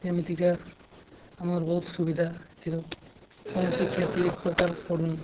ଯେମିତିକା ଆମର ବହୁତ ସୁବିଧା ଥିଲେ କୌଣସି କ୍ଷତି ପ୍ରକାର ପଡ଼ୁନି